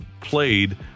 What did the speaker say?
played